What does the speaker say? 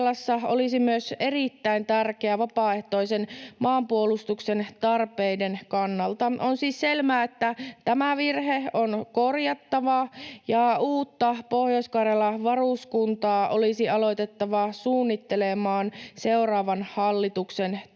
olisi myös erittäin tärkeä vapaaehtoisen maanpuolustuksen tarpeiden kannalta. On siis selvää, että tämä virhe on korjattava ja uutta Pohjois-Karjalan varuskuntaa olisi aloitettava suunnittelemaan seuraavan hallituksen toimesta.